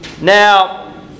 Now